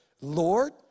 Lord